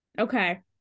okay